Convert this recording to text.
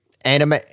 anime